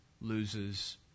loses